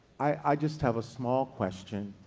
i just have a small question,